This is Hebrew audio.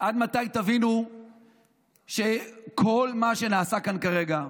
מתי תבינו שכל מה שנעשה כאן כרגע,